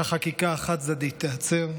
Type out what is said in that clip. בליבי יש תקווה שהחקיקה החד-צדדית תיעצר,